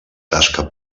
tasca